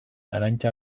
arantza